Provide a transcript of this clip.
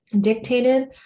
dictated